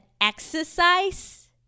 exercise